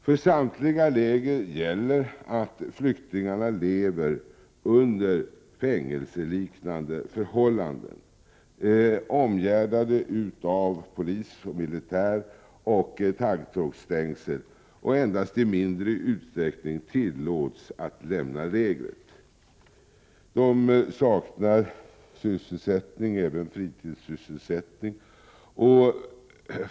För samtliga flyktingläger gäller att flyktingarna lever under fängelseliknande förhållanden, omgärdade av polis och militär och taggtrådsstängsel. Endast i mindre utsträckning tillåts flyktingarna att lämna lägret. De saknar sysselsättning, även fritidssysselsättning.